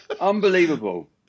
Unbelievable